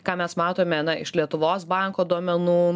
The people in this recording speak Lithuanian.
ką mes matome na iš lietuvos banko duomenų